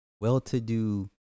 well-to-do